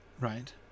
Right